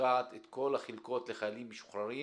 שתוקעת את כל החלקות לחיילים משוחררים